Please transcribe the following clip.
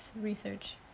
research